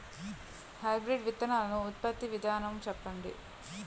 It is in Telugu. హైబ్రిడ్ విత్తనాలు ఉత్పత్తి విధానం చెప్పండి?